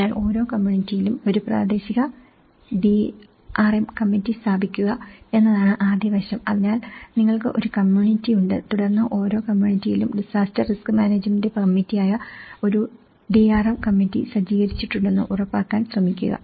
അതിനാൽ ഓരോ കമ്മ്യൂണിറ്റിയിലും ഒരു പ്രാദേശിക ഡിആർഎം കമ്മിറ്റി സ്ഥാപിക്കുക എന്നതാണ് ആദ്യ വശം അതിനാൽ നിങ്ങൾക്ക് ഒരു കമ്മ്യൂണിറ്റിയുണ്ട് തുടർന്ന് ഓരോ കമ്മ്യൂണിറ്റിയിലും ഡിസാസ്റ്റർ റിസ്ക് മാനേജ്മെന്റ് കമ്മിറ്റിയായ ഒരു ഡിആർഎം കമ്മിറ്റി സജ്ജീകരിച്ചിട്ടുണ്ടെന്ന് ഉറപ്പാക്കാൻ ശ്രമിക്കുക